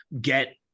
get